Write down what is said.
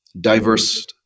diverse